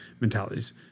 mentalities